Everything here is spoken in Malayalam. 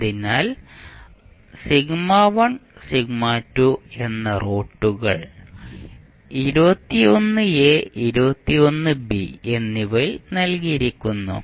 അതിനാൽ എന്ന റൂട്ടുകൾ എന്നിവയിൽ നൽകിയിരിക്കുന്നു